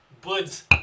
buds